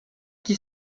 qui